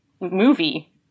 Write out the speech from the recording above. movie